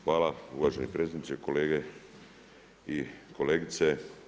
Hvala uvaženi predsjedniče, kolege i kolegice.